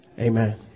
amen